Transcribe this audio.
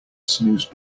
snooze